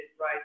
right